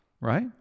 right